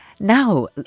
Now